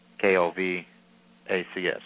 K-O-V-A-C-S